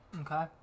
Okay